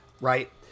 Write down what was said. right